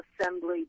Assembly